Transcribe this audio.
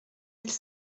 mille